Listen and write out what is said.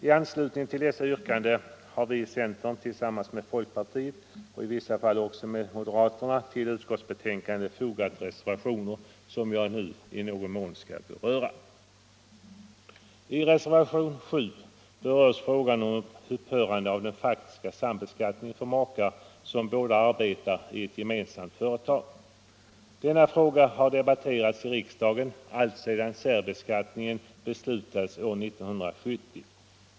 I anslutning till dessa yrkanden har vi i centern tillsammans med folkpartiet och i vissa fall också med moderaterna till utskottsbetänkandet fogat reservationer som jag nu i någon mån skall beröra.